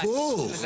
הפוך.